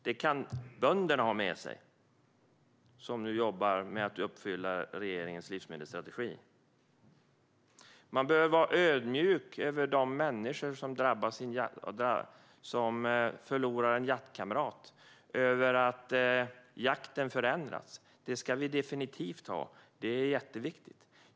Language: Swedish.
Det kan bönderna ha med sig som jobbar med att uppfylla regeringens livsmedelsstrategi. Man behöver vara ödmjuk inför de människor som förlorar en jaktkamrat och över att jakten förändras. Det ska vi definitivt vara; det är jätteviktigt.